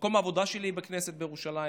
ומקום העבודה שלי יהיה בכנסת בירושלים